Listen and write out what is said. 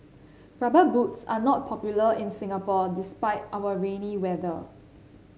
rubber boots are not popular in Singapore despite our rainy weather